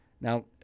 Now